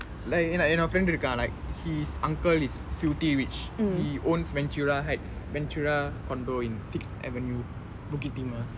என்னோட என்னோட:ennoda ennoda friend இருக்கான்:irukkaan like his uncle is filthy rich he owns ventura heights ventura condo in sixth avenue bukit timah